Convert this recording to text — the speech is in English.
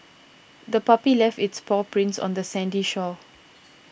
the puppy left its paw prints on the sandy shore